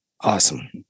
awesome